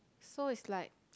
so it's like